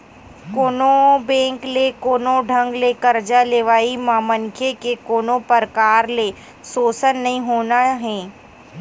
कोनो बेंक ले कोनो ढंग ले करजा लेवई म मनखे के कोनो परकार ले सोसन नइ होना हे